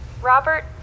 Robert